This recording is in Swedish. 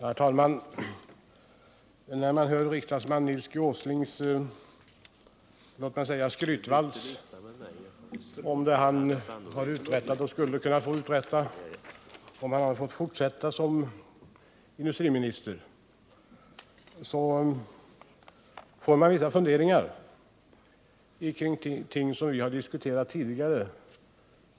Herr talman! När jag hör riksdagsman Nils Åslings skrytvals om det han har uträttat och skulle kunna uträtta, om han hade fått fortsätta som industriminister, grips jag av vissa funderingar kring ting som Nils Åsling och jag har diskuterat tidigare.